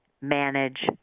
manage